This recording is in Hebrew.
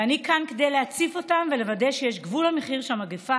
ואני כאן כדי להציף אותם ולוודא שיש גבול למחיר שהמגפה